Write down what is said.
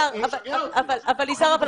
יזהר,